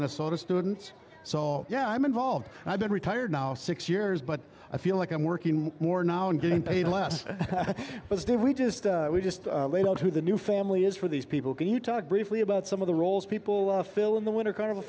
minnesota students so yeah i'm involved i've been retired now six years but i feel like i'm working more now and getting paid less but still we just we just do the new family is for these people can you talk briefly about some of the roles people fill in the winter kind of a